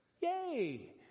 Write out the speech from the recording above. Yay